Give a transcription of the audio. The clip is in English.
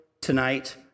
tonight